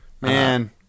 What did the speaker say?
Man